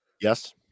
Yes